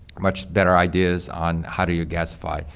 much better ideas on how do you gasify,